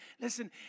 Listen